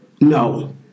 No